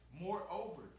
Moreover